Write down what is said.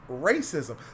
racism